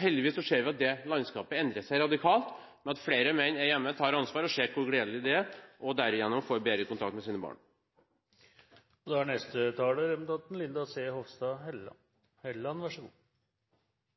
Heldigvis ser vi at det landskapet endrer seg radikalt, i og med at flere menn er hjemme, tar ansvar, ser gleden ved det og derigjennom får bedre kontakt med sine barn. Det er en del ting som må oppklares her. For det første skjønner ikke representanten